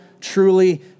truly